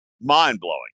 mind-blowing